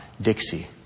Dixie